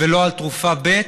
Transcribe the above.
ולא על תרופה ב'